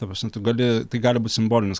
ta prasme tu gali tai gali būt simbolinis